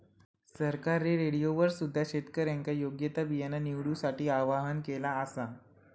सरकारने रेडिओवर सुद्धा शेतकऱ्यांका योग्य ता बियाणा निवडूसाठी आव्हाहन केला आसा